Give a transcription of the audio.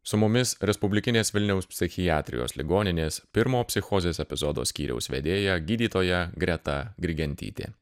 su mumis respublikinės vilniaus psichiatrijos ligoninės pirmo psichozės epizodo skyriaus vedėja gydytoja greta grigentytė